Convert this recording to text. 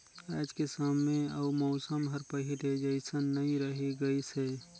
आयज के समे अउ मउसम हर पहिले जइसन नइ रही गइस हे